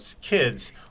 kids